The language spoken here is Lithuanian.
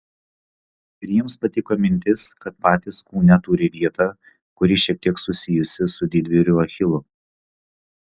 ir jiems patiko mintis kad patys kūne turi vietą kuri šiek tiek susijusi su didvyriu achilu